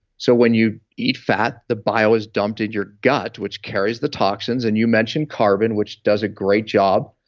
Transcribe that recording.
so when you eat fat, the bile is dumped in your gut which carries the toxins. and you mentioned carbon, which does a great job,